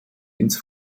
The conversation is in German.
ins